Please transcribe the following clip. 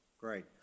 Great